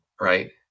Right